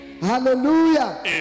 Hallelujah